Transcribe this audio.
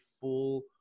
full